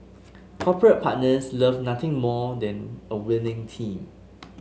corporate partners love nothing more than a winning team